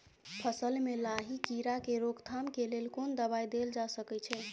फसल में लाही कीरा के रोकथाम के लेल कोन दवाई देल जा सके छै?